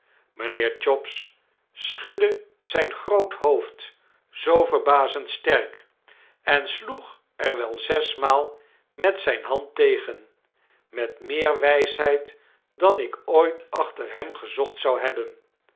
mynheer chops schudde zyn groot hoofd zoo verbazend sterk en sloeg er wel zesmaal met zyne hand tegen met meer wysheid dan ik ooit achter hem gezocht zou hebben